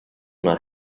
una